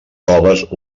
coves